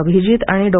अभिजीत आणि डॉ